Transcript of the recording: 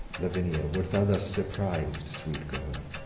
lavinia, wert thou thus surpris'd, sweet girl,